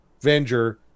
Venger